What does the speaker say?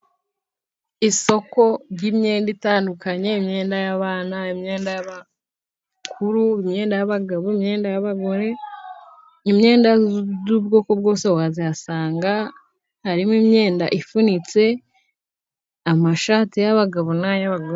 Isoko ry'imyenda itandukanye , imyenda y'abana, imyenda y'abakuru, imyenda y'abagabo, imyenda y'abagore, imyenda y'ubwoko bwose wayihasanga. Harimo imyenda ifunitse , amashati y'abagabo n'ay'abagore.